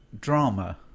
drama